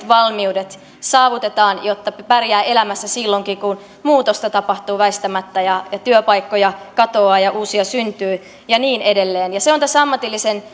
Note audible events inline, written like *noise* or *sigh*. *unintelligible* valmiudet saavutetaan jotta pärjää elämässä silloinkin kun muutosta tapahtuu väistämättä ja työpaikkoja katoaa ja uusia syntyy ja niin edelleen se on tässä ammatillisen *unintelligible*